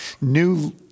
new